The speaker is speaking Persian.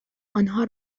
آنها